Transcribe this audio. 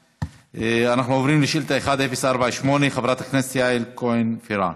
אנחנו עוברים לשאילתה מס' 1048. חברת הכנסת יעל כהן-פארן,